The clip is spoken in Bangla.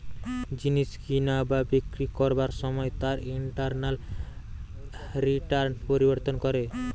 জিনিস কিনা বা বিক্রি করবার সময় তার ইন্টারনাল রিটার্ন পরিবর্তন করে